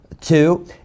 two